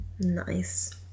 nice